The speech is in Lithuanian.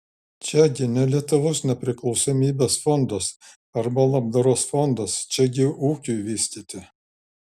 čiagi ne lietuvos nepriklausomybės fondas arba labdaros fondas čiagi ūkiui vystyti